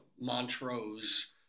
montrose